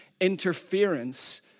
interference